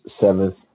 seventh